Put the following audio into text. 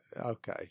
Okay